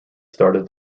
started